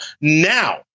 now